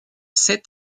sept